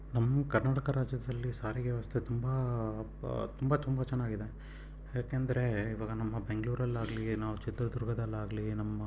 ನಮ್ಮ ಕರ್ನಾಟಕ ರಾಜ್ಯದಲ್ಲಿ ಸಾರಿಗೆ ವ್ಯವಸ್ಥೆ ತುಂಬ ತುಂಬ ತುಂಬ ಚೆನ್ನಾಗಿದೆ ಯಾಕಂದ್ರೆ ಇವಾಗ ನಮ್ಮ ಬೆಂಗ್ಳೂರಲ್ಲಿ ಆಗಲೀ ನಾವು ಚಿತ್ರದುರ್ಗದಲ್ಲಿ ಆಗಲೀ ನಮ್ಮ